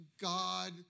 God